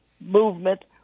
movement